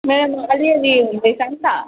मेरोमा अलिअलि हुँदैछ नि त